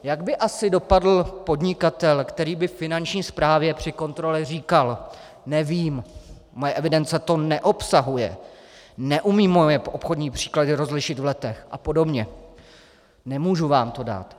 Jak by asi dopadl podnikatel, který by Finanční správě při kontrole říkal: Nevím, moje evidence to neobsahuje, neumí moje obchodní případy rozlišit v letech apod., nemůžu vám to dát.